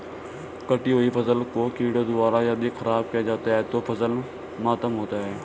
कटी हुयी फसल को कीड़ों द्वारा यदि ख़राब किया जाता है तो फसल मातम होता है